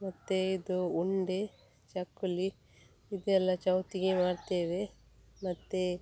ಮತ್ತು ಇದು ಉಂಡೆ ಚಕ್ಕುಲಿ ಇದು ಎಲ್ಲ ಚೌತಿಗೆ ಮಾಡ್ತೇವೆ ಮತ್ತು